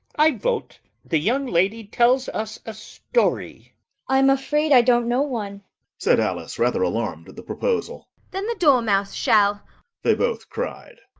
i vote the young lady tells us a story i'm afraid i don't know one said alice, rather alarmed at the proposal. then the dormouse shall they both cried.